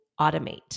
automate